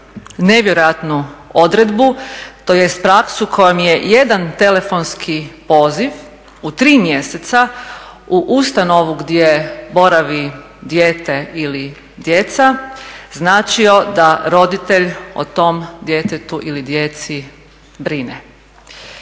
nevjerojatnu odredbu tj. praksu kojom je jedan telefonski poziv u tri mjeseca u ustanovu gdje boravi dijete ili djeca, značio da roditelj o tom djetetu ili djeci brine.